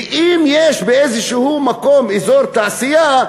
ואם יש באיזשהו מקום אזור תעשייה,